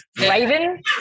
Raven